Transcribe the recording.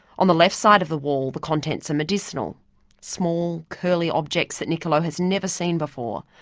on the left side of the wall, the contents are medicinal small curly objects that niccolo has never seen before,